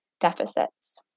deficits